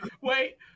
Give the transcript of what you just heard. wait